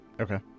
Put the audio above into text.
Okay